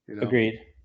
Agreed